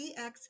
CX